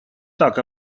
так